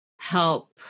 help